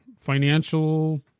financial